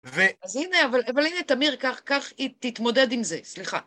אז הנה, אבל הנה תמיר, תתמודד עם זה, סליחה.